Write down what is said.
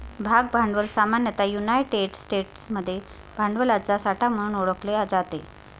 भाग भांडवल सामान्यतः युनायटेड स्टेट्समध्ये भांडवलाचा साठा म्हणून ओळखले जाते